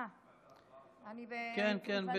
אני הייתי, כן.